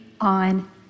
on